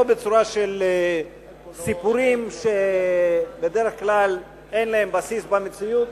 לא בצורה של סיפורים שבדרך כלל אין להם בסיס במציאות.